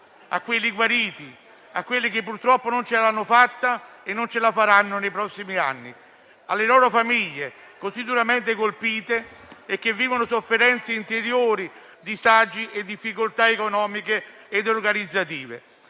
a quelli guariti, a quelli che purtroppo non ce l'hanno fatta e non ce la faranno nei prossimi anni; alle loro famiglie, così duramente colpite e che vivono sofferenze interiori, disagi e difficoltà economiche e organizzative;